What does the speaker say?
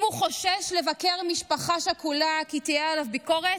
אם הוא חושש לבקר משפחה שכולה כי תהיה עליו ביקורת,